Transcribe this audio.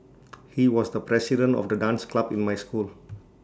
he was the president of the dance club in my school